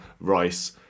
rice